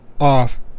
off